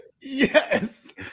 yes